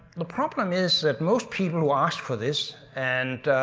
the problem is that most people who ask for this and